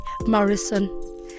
Morrison